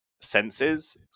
senses